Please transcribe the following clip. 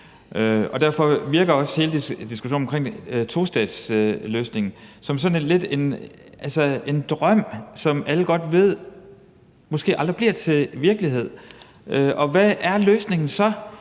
Derfor virker hele diskussionen om tostatsløsningen også sådan lidt som en drøm, som alle godt ved måske aldrig bliver til virkelighed. Og hvad er løsningen så?